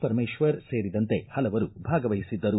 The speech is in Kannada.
ಪರಮೇಶ್ವರ್ ಸೇರಿದಂತೆ ಹಲವರು ಭಾಗವಹಿಸಿದ್ದರು